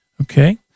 Okay